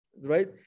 right